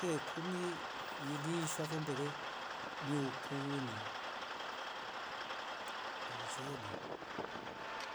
Ya ikumi iliisha fo mbele ni ukuunu alafu ni uzeni.